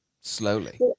slowly